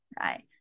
right